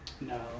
No